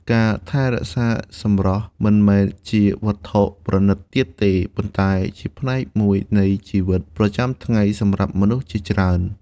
ការថែរក្សាសម្រស់មិនមែនជាវត្ថុប្រណីតទៀតទេ ប៉ុន្តែជាផ្នែកមួយនៃជីវិតប្រចាំថ្ងៃសម្រាប់មនុស្សជាច្រើន។